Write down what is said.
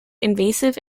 invasive